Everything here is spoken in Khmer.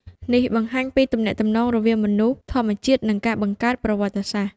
នេះបង្ហាញពីទំនាក់ទំនងរវាងមនុស្ស ធម្មជាតិ និងការបង្កើតប្រវត្តិសាស្ត្រ។